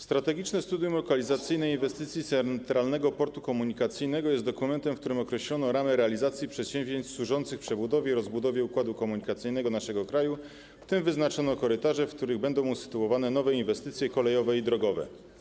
Strategiczne studium lokalizacyjne inwestycji Centralnego Portu Komunikacyjnego˝ jest dokumentem, w którym określono ramę realizacji przedsięwzięć służących przebudowie i rozbudowie układu komunikacyjnego naszego kraju, w tym wyznaczono korytarze, w których będą usytuowane nowe inwestycje kolejowe i drogowe.